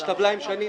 יש טבלה עם שנים.